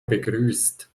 begrüßt